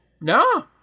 no